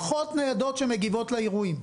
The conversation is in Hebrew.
תארו לכם פחות ניידות שמגיבות לאירועים.